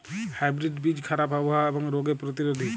hybrid বীজ খারাপ আবহাওয়া এবং রোগে প্রতিরোধী